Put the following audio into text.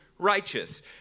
Righteous